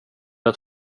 att